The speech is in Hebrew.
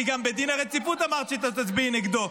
כי גם בדין הרציפות אמרת שתצביעי נגדו.